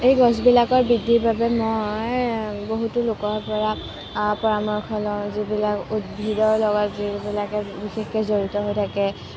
এই গছবিলাকৰ বৃদ্ধিৰ বাবে মই বহুতো লোকৰ পৰা পৰামৰ্শ লওঁ যিবিলাক উদ্ভিদৰ লগত যিবিলাকে বিশেষকৈ জড়িত হৈ থাকে